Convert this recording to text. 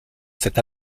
cet